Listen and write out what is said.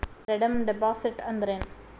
Redeem deposit ಅಂದ್ರೇನ್?